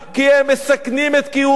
כי הם מסכנים את קיומנו,